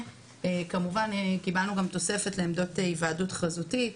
קבלנו גם תוספת לעמדות היוועדות חזותית.